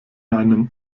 einem